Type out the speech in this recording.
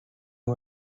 who